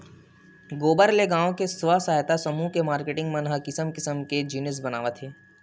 गोबर ले गाँव के स्व सहायता समूह के मारकेटिंग मन ह किसम किसम के जिनिस बनावत हे